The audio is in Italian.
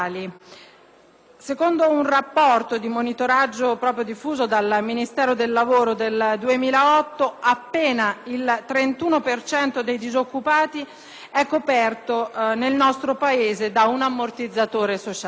secondo il rapporto di monitoraggio del ministero del lavoro del 2008, appena il 31 per cento dei disoccupati è coperto nel nostro Paese da un ammortizzatore sociale;